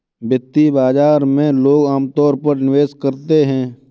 वित्तीय बाजार में लोग अमतौर पर निवेश करते हैं